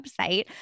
website